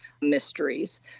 Mysteries